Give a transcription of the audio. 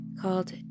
called